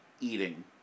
Eating